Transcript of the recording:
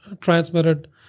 transmitted